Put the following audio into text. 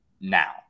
now